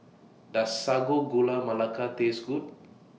Does Sago Gula Melaka Taste Good